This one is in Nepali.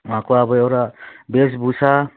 वहाँको अब एउटा भेषभूषा